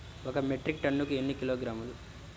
ఒక మెట్రిక్ టన్నుకు ఎన్ని కిలోగ్రాములు?